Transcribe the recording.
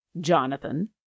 Jonathan